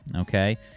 okay